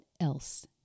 else